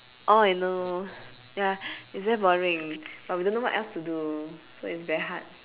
oh I know ya it's very boring but we don't know what else to do so it's very hard